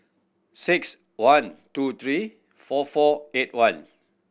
six one two three four four eight one